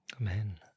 Amen